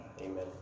Amen